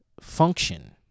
function